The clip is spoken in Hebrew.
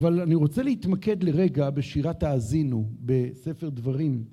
אבל אני רוצה להתמקד לרגע בשירת האזינו בספר דברים